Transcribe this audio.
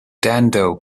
dando